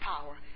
power